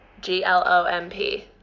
g-l-o-m-p